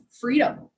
freedom